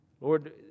Lord